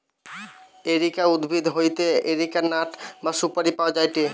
areca উদ্ভিদ হইতে areca nut বা সুপারি পাওয়া যায়টে